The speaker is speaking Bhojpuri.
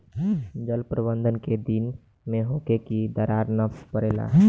जल प्रबंधन केय दिन में होखे कि दरार न परेला?